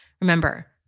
Remember